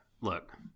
look